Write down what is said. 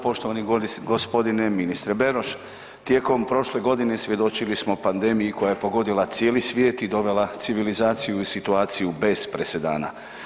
Poštovani gospodine ministre Beroš, tijekom prošle godine svjedočili smo pandemiji koja je pogodila cijeli svijet i dovela civilizaciju u situaciju bez presedana.